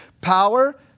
Power